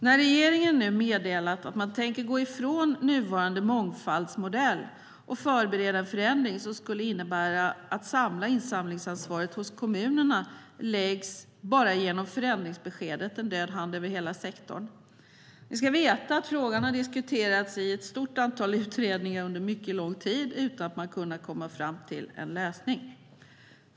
När regeringen nu meddelat att man tänker gå ifrån nuvarande mångfaldsmodell och förbereda en förändring som skulle innebära att insamlingsansvaret samlas hos kommunerna läggs, bara genom förändringsbeskedet, en död hand över hela sektorn. Ni ska veta att frågan har diskuterats i ett stort antal utredningar under mycket lång tid utan att man har kunnat komma fram till en lösning.